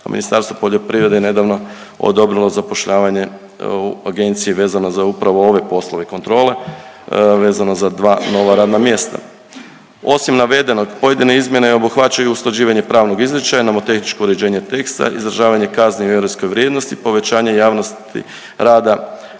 Ministarstvo poljoprivrede je nedavno odobrilo zapošljavanje u agenciji vezano za upravo ove poslove i kontrole vezano za dva nova radna mjesta. Osim navedenog pojedine izmjene i obuhvaćaju usklađivanje pravnog izričaja, nomotehničko uređenje teksta, izražavanje kazni u europskoj vrijednosti, povećanje javnosti rada